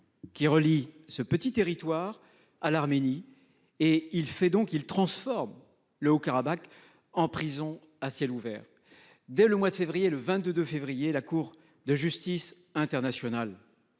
Qui relie ce petit territoire à l'Arménie et il fait donc il transforme le Haut-Karabakh en prison à ciel ouvert dès le mois de février, le 22 février, la Cour de justice internationale.